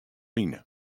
line